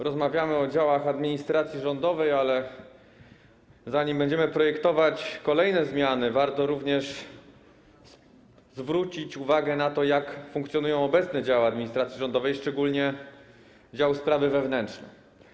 Rozmawiamy o działach administracji rządowej, ale zanim będziemy projektować kolejne zmiany, warto również zwrócić uwagę na to, jak obecnie funkcjonują działy administracji rządowej, szczególnie dział: sprawy wewnętrzne.